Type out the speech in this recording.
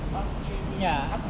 ya